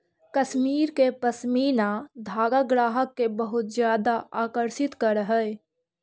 कश्मीर के पशमीना धागा ग्राहक के बहुत ज्यादा आकर्षित करऽ हइ